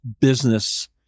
business